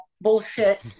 bullshit